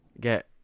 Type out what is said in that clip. get